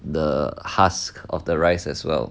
the husk of the rise as well